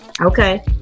okay